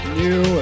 new